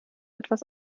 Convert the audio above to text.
etwas